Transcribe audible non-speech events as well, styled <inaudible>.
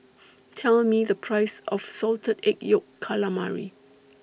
<noise> Tell Me The Price of Salted Egg Yolk Calamari